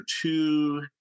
two